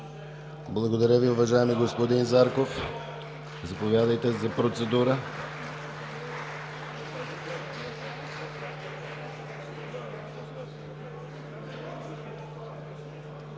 Благодаря Ви, уважаеми господин Зарков. Заповядайте – за процедура.